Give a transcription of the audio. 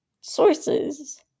sources